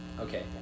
Okay